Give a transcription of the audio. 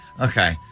Okay